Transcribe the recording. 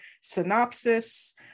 synopsis